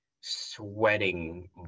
sweating